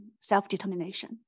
self-determination